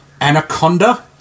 Anaconda